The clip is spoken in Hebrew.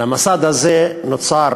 על המסד הזה נוצר